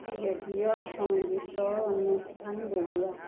ৰেডিঅ'ত সংগীতৰ অনুষ্ঠান বজোৱা